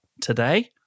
today